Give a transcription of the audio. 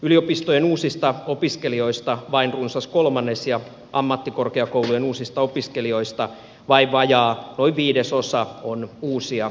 yliopistojen uusista opiskelijoista vain runsas kolmannes ja ammattikorkeakoulujen uusista opiskelijoista vain noin viidesosa on uusia ylioppilaita